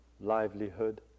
livelihood